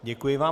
Děkuji vám.